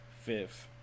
fifth